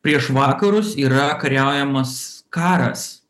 prieš vakarus yra kariaujamas karas